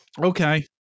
okay